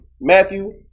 Matthew